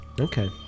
Okay